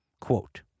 Quote